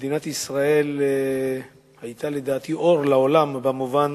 מדינת ישראל היתה, לדעתי, אור לעולם במובן